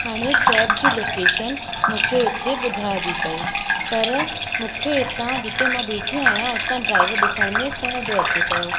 हाणे कैब जी लोकेशन मूंखे हिते ॿुधाए थी पई पर मूंखे हितां जिते मां ॿिठी आहियां उतां ड्राइवर ॾिसण में कोनि थो अचे पियो